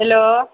hello